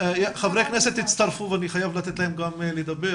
חברי כנסת הצטרפו ואני חייב לתת להם גם לדבר.